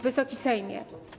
Wysoki Sejmie!